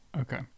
Okay